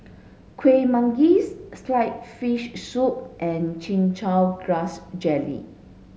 Kueh Manggis sliced fish soup and chin chow grass jelly